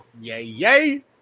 Yay